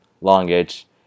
language